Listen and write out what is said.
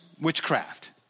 witchcraft